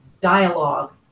dialogue